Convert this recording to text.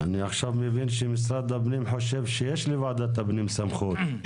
אני עכשיו מבין שמשרד הפנים חושב שיש לוועדת הפנים סמכות,